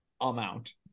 amount